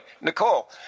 Nicole